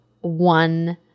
one